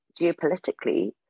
geopolitically